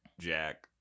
Jack